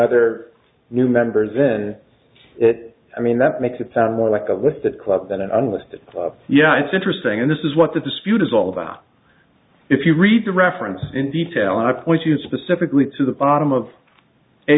other new members in it i mean that makes it sound more like a with the club than an unlisted yeah it's interesting and this is what the dispute is all about if you read the references in detail i point you specifically to the bottom of a